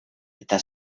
eta